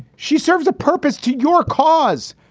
she serves a purpose to your cause.